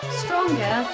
stronger